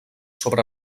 sobre